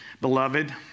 beloved